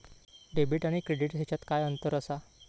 Debit आणि credit ह्याच्यात काय अंतर असा?